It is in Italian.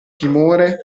timore